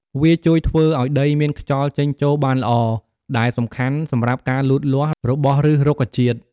វាជួយធ្វើឲ្យដីមានខ្យល់ចេញចូលបានល្អ ដែលសំខាន់សម្រាប់ការលូតលាស់របស់ឫសរុក្ខជាតិ។